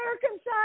circumcised